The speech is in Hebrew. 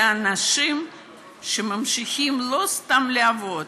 אלה אנשים שלא סתם ממשיכים לעבוד.